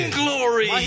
glory